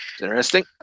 Interesting